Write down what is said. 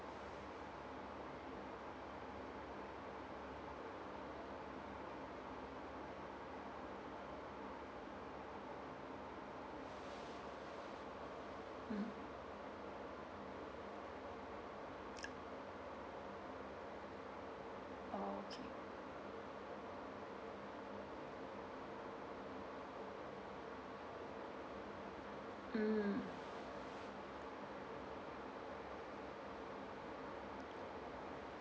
mm okay mm